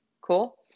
Cool